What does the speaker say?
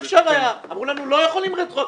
אמרו לנו שלא יכולים רטרואקטיבית,